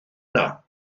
yna